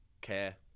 care